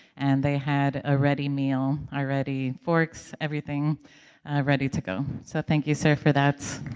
and they had a ready meal already, forks, everything ready to go, so thank you, sir, for that.